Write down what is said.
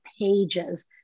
pages